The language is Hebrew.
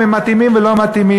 אם הם מתאימים ולא מתאימים,